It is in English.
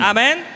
Amen